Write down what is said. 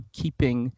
keeping